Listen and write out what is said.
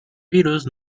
virus